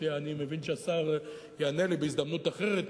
כי אני מבין שהשר יענה לי בהזדמנות אחרת.